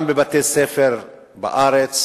גם בבתי-ספר בארץ